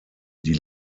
die